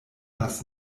das